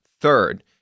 third